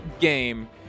game